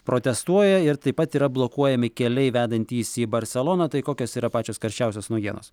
protestuoja ir taip pat yra blokuojami keliai vedantys į barseloną tai kokios yra pačios karščiausios naujienos